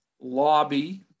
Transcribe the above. lobby